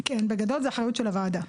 כן, בגדול זו אחריות של הוועדה,